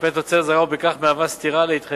בדרך זו ניתנת לעסקים אלו אפשרות הגונה להתמודד